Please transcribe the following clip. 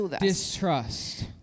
distrust